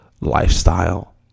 lifestyle